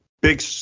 Big